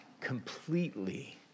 completely